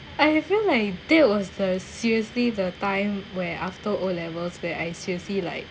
I feel like that was the seriously the time where after O levels where I seriously like